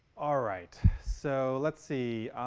all rights so let's see